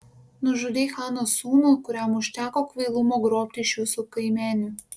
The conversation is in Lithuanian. nužudei chano sūnų kuriam užteko kvailumo grobti iš jūsų kaimenių